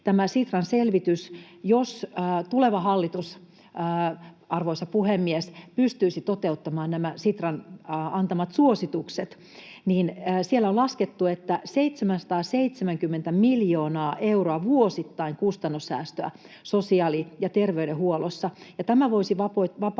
aikaiseksi. Jos tuleva hallitus, arvoisa puhemies, pystyisi toteuttamaan nämä Sitran selvityksessään antamat suositukset, niin siellä on laskettu, että tulisi 770 miljoonaa euroa vuosittain kustannussäästöä sosiaali- ja terveydenhuollossa, ja tämä voisi siis